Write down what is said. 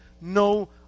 no